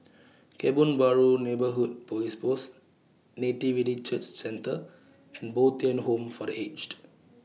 Kebun Baru Neighbourhood Police Post Nativity Church Centre and Bo Tien Home For The Aged